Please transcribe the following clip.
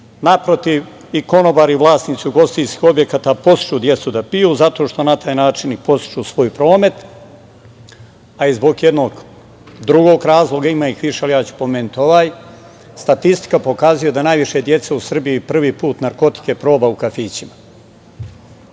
Naprotiv, i konobari i vlasnici ugostiteljskih objekata podstiču decu da piju, zato što na taj način podstiču svoj promet a i zbog jednog drugog razloga, ima ih više ali ja ću pomenuti ovaj, statistika pokazuje da najviše dece u Srbiji prvi put narkotike proba u kafićima.